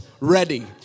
Ready